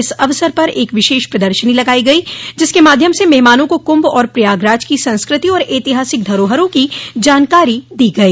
इस अवसर पर एक विशेष प्रदर्शनी लगायी गई जिसके माध्यम से मेहमानों को क्रंभ और प्रयागराज की संस्कृति और ऐतिहासिक धरोहरों की जानकारी दी गई